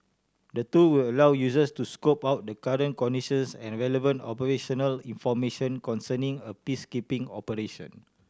the tool will allow users to scope out the current conditions and relevant operational information concerning a peacekeeping operation